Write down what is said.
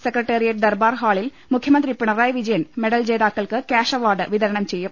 സെക്ര ട്ടേറിയേറ്റ് ദർബാർ ഹാളിൽ മുഖ്യമന്ത്രി പിണറായി വിജയൻ മെഡൽ ജേതാക്കൾക്ക് ക്യാഷ് അവാർഡ് വിതരണം ചെയ്യും